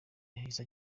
yahise